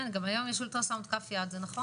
כן, וגם היום יש אולטרסאונד כף יד, זה נכון.